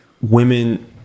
women